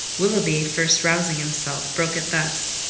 willoughby first rousing himself, broke it thus